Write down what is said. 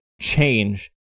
change